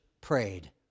prayed